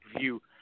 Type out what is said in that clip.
view